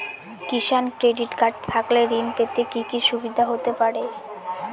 কিষান credit card থাকলে ঋণ পেতে কি কি সুবিধা হতে পারে?